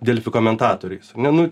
delfi komentatoriais ar ne nu